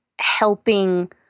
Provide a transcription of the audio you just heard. helping—